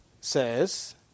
Says